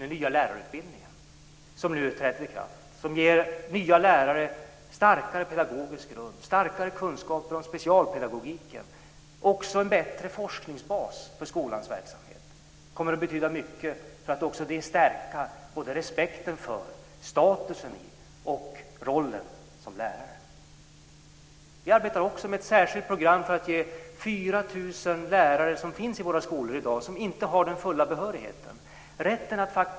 Den nya lärarutbildningen träder i kraft. Den ger nya lärare en starkare pedagogisk grund, starkare kunskaper om specialpedagogiken och en bättre forskningsbas för skolans verksamhet. Det kommer att betyda mycket för att också det stärka respekten för och statusen i att vara lärare och själva rollen som lärare.